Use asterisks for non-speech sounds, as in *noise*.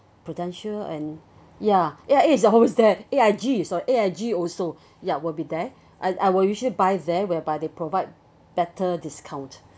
Prudential and ya A_I_A is always there *laughs* A_I_G sor~ A_I_G also ya will be there I I will usually buy there whereby they provide better discount